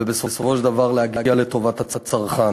ובסופו של דבר על טובת הצרכן.